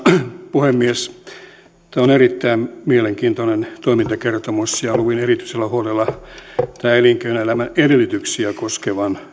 puhemies tämä on erittäin mielenkiintoinen toimintakertomus ja luin erityisellä huolella tämän elinkeinoelämän edellytyksiä koskevan